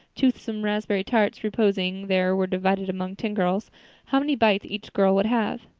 toothsome, raspberry tarts reposing there were divided among ten girls how many bites each girl would have.